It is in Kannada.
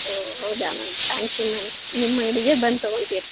ಓ ಹೌದಾ ಮ್ಯಾಮ್ ತ್ಯಾಂಕ್ ಯು ಮ್ಯಾಮ್ ನಿಮ್ಮ ಅಂಗಡಿಗೇ ಬಂದು ತಗೊತಿವ್ ರಿ